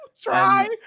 try